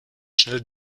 schnell